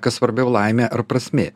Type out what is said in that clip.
kas svarbiau laimė ar prasmė